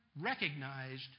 recognized